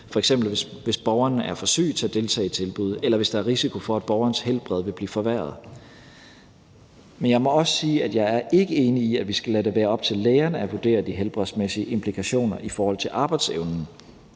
f.eks. hvis borgeren er for syg til at deltage i tilbuddet, eller hvis der er risiko for, at borgerens helbred vil blive forværret. Men jeg må også sige, at jeg ikke er enig i, at vi skal lade det være op til lægerne at vurdere de helbredsmæssige implikationer i forhold til arbejdsevnen.